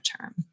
term